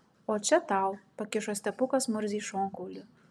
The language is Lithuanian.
o čia tau pakišo stepukas murzei šonkaulį